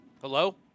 Hello